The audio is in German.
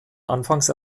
anfangs